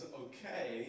okay